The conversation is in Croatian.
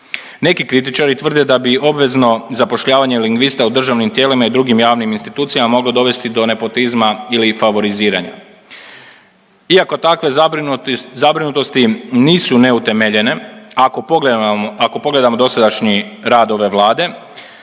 Neki kritičari tvrde da bi obvezno zapošljavanje lingvista u državnim tijelima i drugim javnim institucijama moglo dovesti do nepotizma ili favoriziranja. Iako takve zabrinutosti nisu neutemeljene, ako pogledamo dosadašnji rad ove Vlade